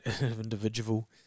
individual